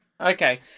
okay